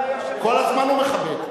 כל הזמן מכבד.